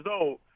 old